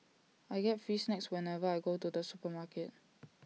I get free snacks whenever I go to the supermarket